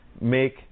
make